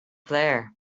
there